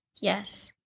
Yes